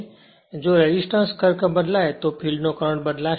જો ખરેખર આ રેસિસ્ટન્સ બદલાય છે તો તે ફિલ્ડ નો કરંટ બદલાશે